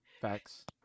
facts